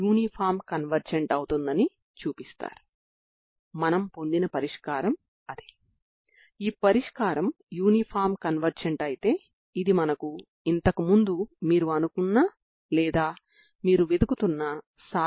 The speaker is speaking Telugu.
x 0 t 0 మరియు ప్రారంభ నియమాలు ux0f utx0g లు అవుతాయి